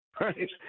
right